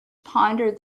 pondered